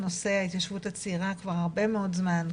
נושא ההתיישבות הצעירה כבר הרבה מאוד זמן,